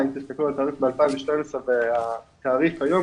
אם תסתכלו ב- 2012 על התעריף ועל התעריף היום,